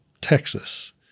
Texas